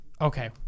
Okay